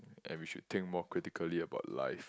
and we should think more critically about life